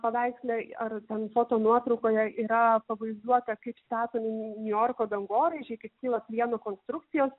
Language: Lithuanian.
paveiksle ar ten fotonuotraukoje yra pavaizduota kaip statomi niujorko dangoraižiai kaip kyla plieno konstrukcijos